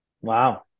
Wow